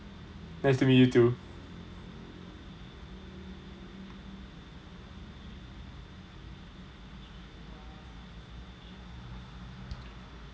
nice to meet you too